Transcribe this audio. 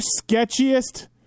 sketchiest